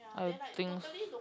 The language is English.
I think